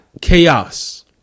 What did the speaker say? chaos